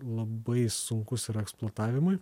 labai sunkus yra eksploatavimui